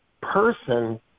person